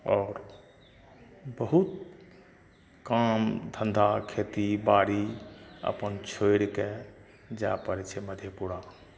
आओर बहुत काम धन्धा खेती बाड़ी अपन छोरि कए जाय पड़ै छै मधेपुरा